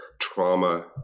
trauma